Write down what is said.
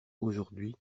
aujourd’hui